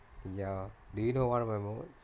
ya do you know one of my modules